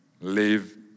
live